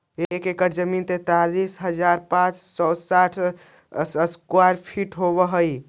एक एकड़ जमीन तैंतालीस हजार पांच सौ साठ स्क्वायर फीट जमीन होव हई